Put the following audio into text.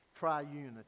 triunity